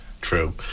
True